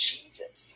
Jesus